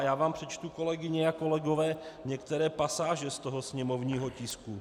Já vám přečtu, kolegyně a kolegové, některé pasáže z toho sněmovního tisku.